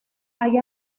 hay